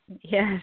yes